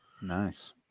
Nice